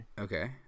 okay